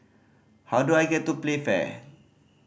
how do I get to Playfair